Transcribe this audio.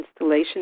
installation